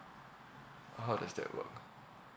how does that work